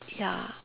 ya